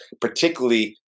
particularly